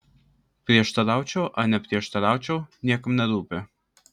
prieštaraučiau ar neprieštaraučiau niekam nerūpi